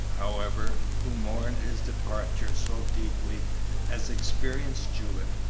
however, who mourned his departure so deeply as experience jewett,